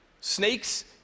Snakes